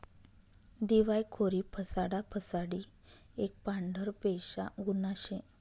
दिवायखोरी फसाडा फसाडी एक पांढरपेशा गुन्हा शे